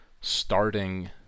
starting